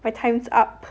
my time's up